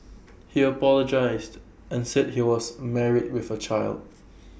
he apologised and said he was married with A child